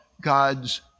God's